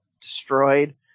destroyed